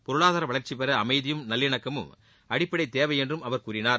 பொளாதார வளர்ச்சிபெற அமைதியும் நல்லிணக்கமும் அடிப்படை தேவை என்றும் அவர் கூறினார்